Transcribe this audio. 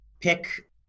pick